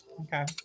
Okay